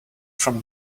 from